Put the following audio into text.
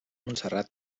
montserrat